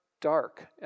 dark